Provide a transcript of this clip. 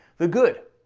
the good,